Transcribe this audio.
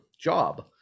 job